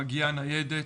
מגיעה ניידת.